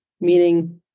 meaning